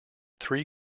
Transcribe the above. three